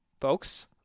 folks